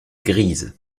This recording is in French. grise